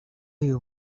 you